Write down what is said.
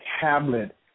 tablet